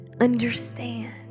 understand